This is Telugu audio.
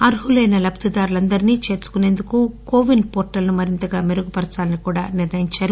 అర్హులైన లబ్దిదారుల అందర్నీ చేర్చుకుసేందుకు కోవిన్ పోర్టల్ ను మరింత మెరుగుపర్చాలని కూడా నిర్ణయించారు